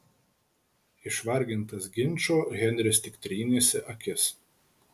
išvargintas ginčo henris tik trynėsi akis